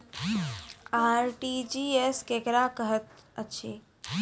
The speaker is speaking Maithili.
आर.टी.जी.एस केकरा कहैत अछि?